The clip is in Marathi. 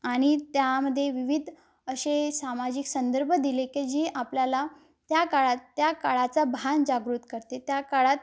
आणि त्यामध्ये विविध असे सामाजिक संदर्भ दिले की जी आपल्याला त्या काळात त्या काळाचा भान जागृत करते त्या काळात